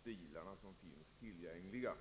stilar som finns tillgängliga.